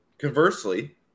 conversely